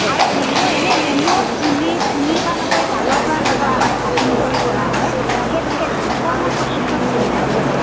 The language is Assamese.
আৰু নেমু এনেই নেমু পুলি পুলিৰ পৰা নকৰি ডালৰ পৰাতো কৰা হয় কাটিং কৰি কৰা হয় সেইটো কেনেকুৱা ধৰণৰ প্ৰচেছত কৰিব পাৰি